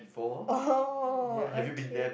oh okay